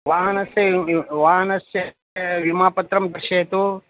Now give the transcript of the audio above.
वाहनस्य वाहनस्य विमापत्रं पश्यतु